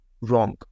wrong